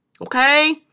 Okay